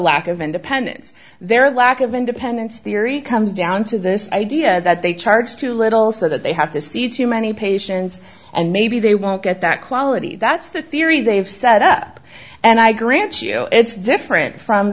lack of independence their lack of independence theory comes down to this idea that they charge too little so that they have to see too many patients and maybe they won't get that quality that's the theory they've set up and i grant you it's different from